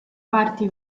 parti